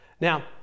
Now